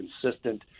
consistent